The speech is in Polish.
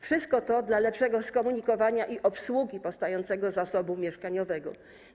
Wszystko to dla lepszego skomunikowania i obsługi powstającego zasobu mieszkaniowego.